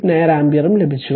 89 ആമ്പിയറും ലഭിച്ചു